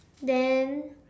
then